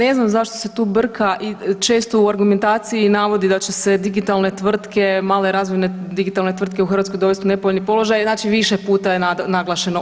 Da, ne znam zašto se tu brka i često u argumentaciji navodi da će se digitalne tvrtke, male razvojne digitalne tvrtke u Hrvatskoj dovest u nepovoljan položaj, znači više puta je naglašeno.